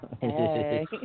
Hey